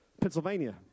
Pennsylvania